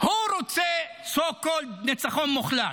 הוא רוצה so called ניצחון מוחלט.